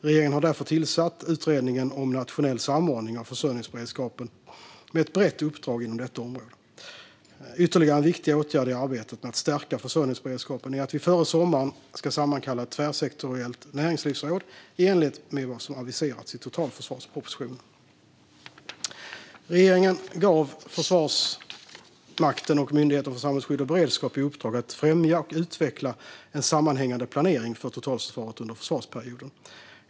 Regeringen har därför tillsatt Utredningen om nationell samordning av försörjningsberedskapen, med ett brett uppdrag inom detta område. Ytterligare en viktig åtgärd i arbetet med att stärka försörjningsberedskapen är att vi före sommaren ska sammankalla ett tvärsektoriellt näringslivsråd i enlighet med vad som aviserats i totalförsvarspropositionen. Regeringen gav Försvarsmakten och Myndigheten för samhällsskydd och beredskap i uppdrag att främja och utveckla en sammanhängande planering för totalförsvaret under försvarsperioden.